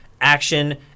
Action